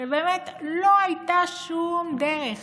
שבאמת לא הייתה שום דרך